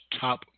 Top